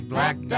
Black